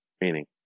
meaning